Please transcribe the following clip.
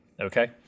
Okay